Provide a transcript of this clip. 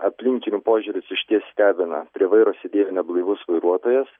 aplinkinių požiūris išties stebina prie vairo sėdėjo neblaivus vairuotojas